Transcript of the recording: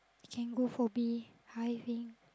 can go for beehiving